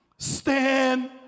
Stand